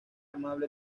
amable